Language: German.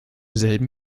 selben